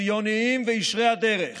ציוניים וישרי הדרך